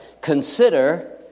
Consider